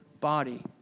body